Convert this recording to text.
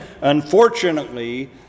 unfortunately